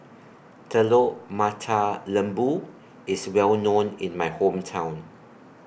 Telur Mata Lembu IS Well known in My Hometown